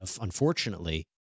unfortunately